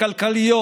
הכלכליות,